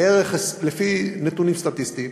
לפי נתונים סטטיסטיים,